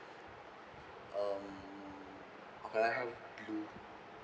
um can I have blue